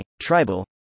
Tribal